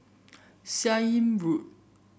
Seah Im Road